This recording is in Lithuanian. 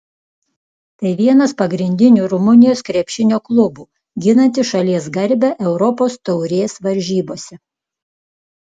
tai vienas pagrindinių rumunijos krepšinio klubų ginantis šalies garbę europos taurės varžybose